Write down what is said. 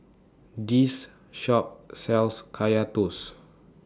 This Shop sells Kaya Toast